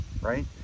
right